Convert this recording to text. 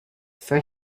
for